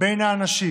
בין האנשים,